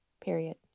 Period